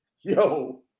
yo